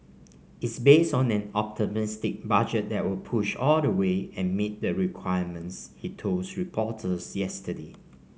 is based on an optimistic budget that will push all the way and meet the requirements he told reporters yesterday